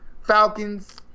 Falcons